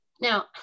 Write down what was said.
Now